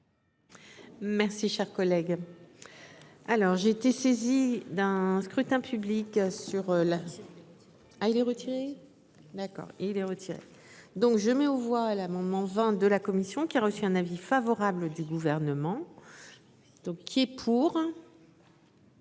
Merci cher collègue. Alors j'ai été saisi d'un scrutin public sur la. Ah il est retiré. D'accord il est retiré. Donc je mets aux voix l'amendement de la commission qui a reçu un avis favorable du gouvernement. Donc il est pour.